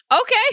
Okay